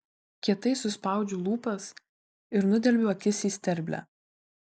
kietai suspaudžiu lūpas ir nudelbiu akis į sterblę